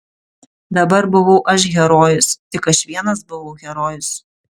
dabar buvau aš herojus tik aš vienas buvau herojus